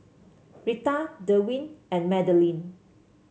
Rita Derwin and Madeline